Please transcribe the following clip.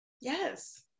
yes